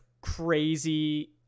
crazy